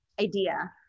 idea